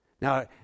Now